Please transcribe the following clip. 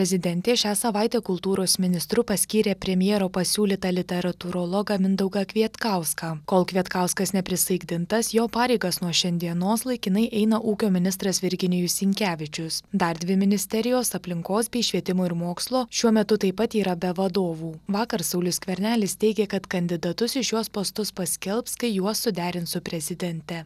prezidentė šią savaitę kultūros ministru paskyrė premjero pasiūlytą literatūrologą mindaugą kvietkauską kol kvietkauskas neprisaikdintas jo pareigas nuo šiandienos laikinai eina ūkio ministras virginijus sinkevičius dar dvi ministerijos aplinkos bei švietimo ir mokslo šiuo metu taip pat yra be vadovų vakar saulius skvernelis teigė kad kandidatus į šiuos postus paskelbs kai juos suderins su prezidente